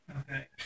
Okay